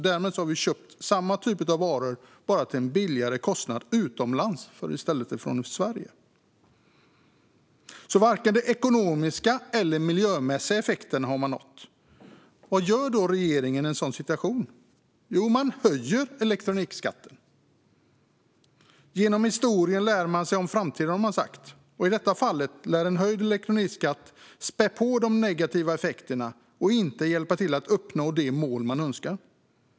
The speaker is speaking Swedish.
Därmed har vi köpt samma typ av varor, bara till lägre kostnad utomlands i stället för i Sverige. Varken de ekonomiska eller miljömässiga effekterna har man alltså uppnått. Vad gör regeringen i den situationen? Jo, man höjer elektronikskatten. Genom historien lär man sig om framtiden, sägs det. I detta fall lär höjningen av elektronikskatten spä på de negativa effekterna och inte hjälpa till att uppnå de mål man önskade.